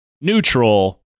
neutral